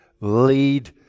lead